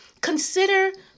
Consider